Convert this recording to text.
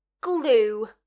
glue